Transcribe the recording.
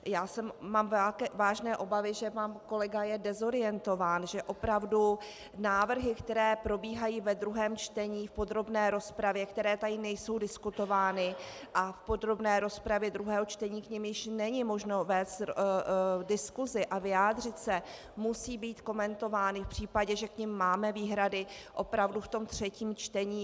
Já mám vážné obavy, že pan kolega je dezorientován, že opravdu návrhy, které probíhají ve druhém čtení v podrobné rozpravě, které tady nejsou diskutovány, a v podrobné rozpravě druhého čtení k nim již není možno vést diskusi a vyjádřit se, musí být komentovány v případě, že k nim máme výhrady, opravdu v tom třetím čtení.